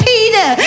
Peter